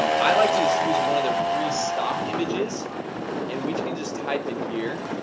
um i like to just use one of their free stock images and we can just type in here